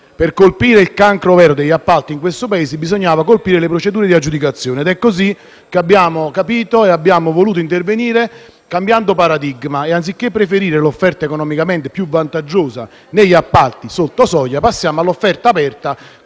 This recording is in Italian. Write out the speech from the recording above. per colpire il cancro vero degli appalti in questo Paese bisognava colpire le procedure di aggiudicazione ed è così che abbiamo voluto intervenire cambiando paradigma e, anziché preferire l'offerta economicamente più vantaggiosa negli appalti sotto soglia, passiamo all'offerta aperta